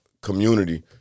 community